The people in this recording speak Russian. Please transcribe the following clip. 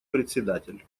председатель